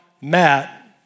Matt